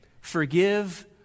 Forgive